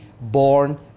born